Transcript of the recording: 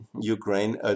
Ukraine